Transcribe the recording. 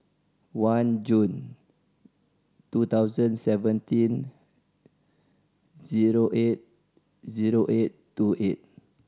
one June two thousand seventeen zero eight zero eight two eight